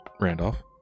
Randolph